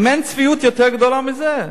האם אין צביעות יותר גדולה מזה?